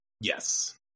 Yes